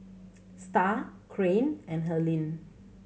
Starr Caryn and Helyn